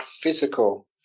physical